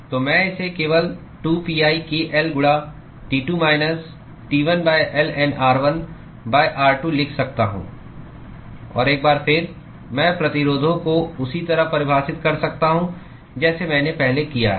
तो मैं इसे केवल 2pi k L गुणा T2 minus T1 ln r1 r2 लिख सकता हूं और एक बार फिर मैं प्रतिरोधों को उसी तरह परिभाषित कर सकता हूं जैसे मैंने पहले किया है